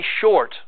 short